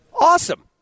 Awesome